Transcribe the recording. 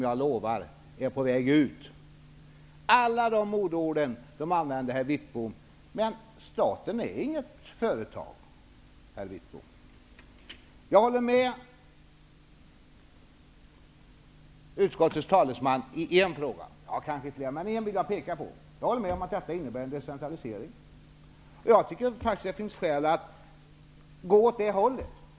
Jag lovar, herr Wittbom, att alla dessa modeord är på väg att bli ute. Staten är inget företag, herr Wittbom. Jag håller med utskottets talesman om att detta innebär en decentralisering. Jag tycker faktiskt också att det finns skäl att gå åt det hållet.